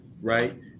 right